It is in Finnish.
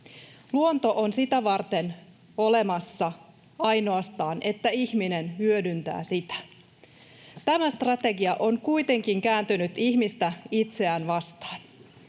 Luonto on sitä varten olemassa ainoastaan, että ihminen hyödyntää sitä. Tämä strategia on kuitenkin kääntynyt ihmistä itseään vastaan.